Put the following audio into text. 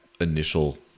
initial